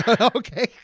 Okay